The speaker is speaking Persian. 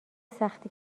سختی